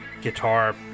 guitar